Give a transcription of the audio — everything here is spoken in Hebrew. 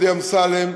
דודי אמסלם,